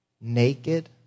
naked